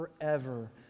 forever